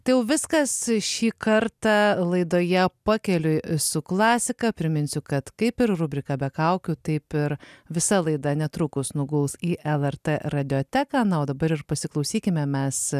tai jau viskas šį kartą laidoje pakeliui su klasika priminsiu kad kaip ir rubrika be kaukių taip ir visa laida netrukus nuguls į lrt radioteką na o dabar ir pasiklausykime mes